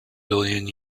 billion